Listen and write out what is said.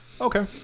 Okay